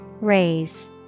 Raise